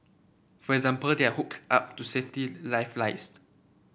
for example they are hooked up to safety lifelines